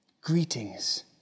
Greetings